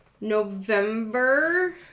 November